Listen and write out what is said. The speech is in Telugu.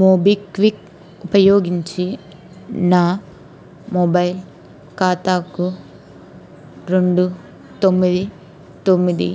మోబిక్విక్ ఉపయోగించి నా మొబైల్ ఖాతాకు రెండు తొమ్మిది తొమ్మిది